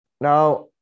now